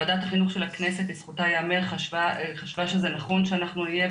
ועדת החינוך של הכנסת לזכותה ייאמר חשבה שזה נכון שאנחנו נהיה,